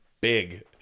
big